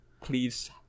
please